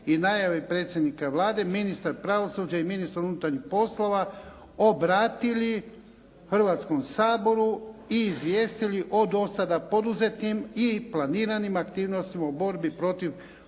i najave predsjednika Vlade ministar pravosuđa i ministar unutarnjih poslova obratili Hrvatskom saboru i izvijestili o do sada poduzetim i planiranim aktivnostima u borbi protiv